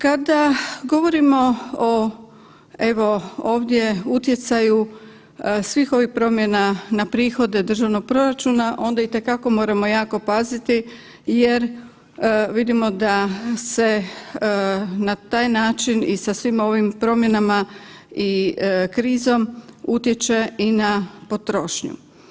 Kada govorimo o evo ovdje utjecaju svih ovih promjena na prihode državnog proračuna onda itekako moramo jako paziti jer vidimo da se na taj način i sa svim ovim promjenama i sa krizom utječe i na potrošnju.